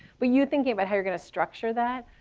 when you're thinking about how you're going to structure that,